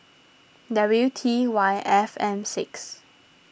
W T Y F M six